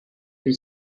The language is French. sur